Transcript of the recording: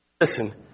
listen